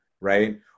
right